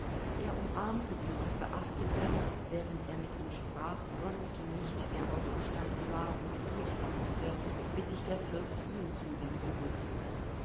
er umarmte ihn und beachtete während er mit ihm sprach wronski nicht der aufgestanden war und ruhig wartete bis sich der fürst ihm zuwenden würde